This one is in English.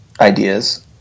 ideas